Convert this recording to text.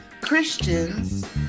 Christians